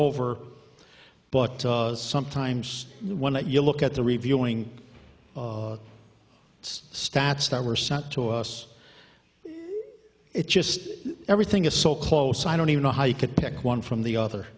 over but sometimes when you look at the reviewing stats that were sent to us it just everything is so close i don't even know how you could pick one from the